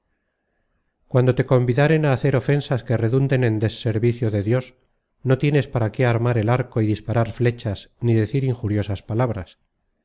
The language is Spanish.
cuando te convidaren á hacer ofensas que redunden en deservicio de dios no tienes para qué armar el arco y disparar flechas ni decir injuriosas palabras